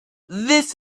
this